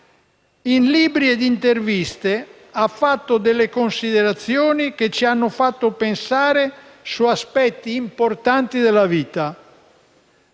In libri e interviste ha fatto considerazioni che ci hanno fatto pensare su aspetti importanti della vita.